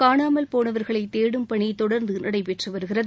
காணாமல் போனவர்களை தேடும் பணி தொடர்ந்து நடைபெற்று வருகிறது